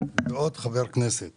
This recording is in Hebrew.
ועוד חבר כנסת